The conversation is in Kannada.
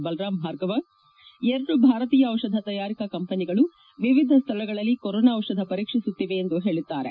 ಬಲರಾಮ್ ಭಾರ್ಗವ ಅವರು ಎರಡು ಭಾರತೀಯ ಔಷಧ ತಯಾರಕ ಕಂಪನಿಗಳು ವಿವಿಧ ಸ್ನಳಗಳಲ್ಲಿ ಕೊರೋನಾ ಔಷಧ ಪರೀಕ್ಷಿಸುತ್ತಿವೆ ಎಂದು ಹೇಳಿದ್ದಾರೆ